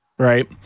Right